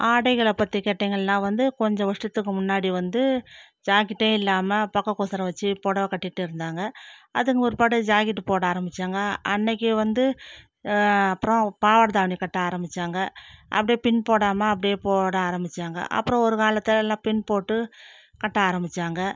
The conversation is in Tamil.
ஆடைகளைப் பற்றி கேட்டிங்கள்னா வந்து கொஞ்சம் வருஷத்துக்கு முன்னாடி வந்து ஜாக்கெட் இல்லாமல் பக்ககோசரம் வச்சு புடவ கட்டிகிட்டு இருந்தாங்க அதுக்கும் பிற்பாடு ஜாக்கெட் போட ஆரம்பித்தாங்க அன்றைக்கு வந்து அப்புறம் பாவாடை தாவணி கட்ட ஆரம்பித்தாங்க அப்படியே பின் போடாமல் அப்படியே போட ஆரம்பித்தாங்க அப்புறம் ஒரு காலத்தில் எல்லாம் பின் போட்டு கட்ட ஆரம்பித்தாங்க